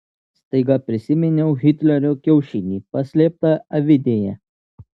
staiga prisiminiau hitlerio kiaušinį paslėptą avidėje